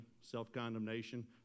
self-condemnation